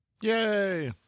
Yay